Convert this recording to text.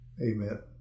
amen